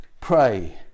pray